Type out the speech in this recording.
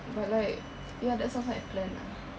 but like ya that sounds like a plan ah